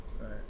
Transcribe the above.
Right